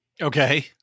Okay